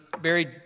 buried